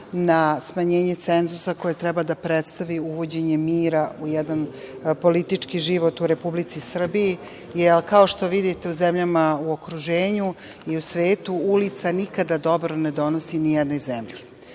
na smanjenje cenzusa koje treba da predstavi uvođenje mira u jedan politički život u Republici Srbiji, jer, kao što vidite u zemljama u okruženju i u svetu, ulica nikada dobro ne donosi nijednoj zemlji. Šta